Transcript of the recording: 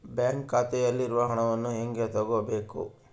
Bank ಖಾತೆಯಲ್ಲಿರುವ ಹಣವನ್ನು ಹೇಗೆ ತಗೋಬೇಕು?